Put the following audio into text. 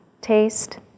taste